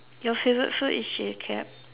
your favorite food is chili crab